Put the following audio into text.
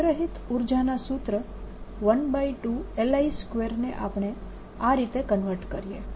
સંગ્રહિત ઉર્જાના સૂત્ર 12LI2 ને આપણે આ રીતે કન્વર્ટ કરીએ